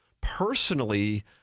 personally